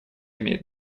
имеет